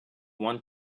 want